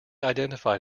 identified